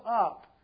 up